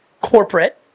corporate